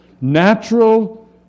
natural